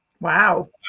Wow